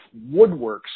Woodworks